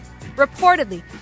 Reportedly